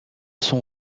sont